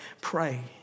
pray